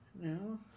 No